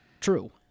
True